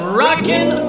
rockin